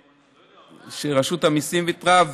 רשות המיסים ויתרה,